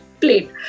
plate